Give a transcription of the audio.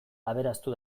aberastu